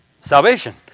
salvation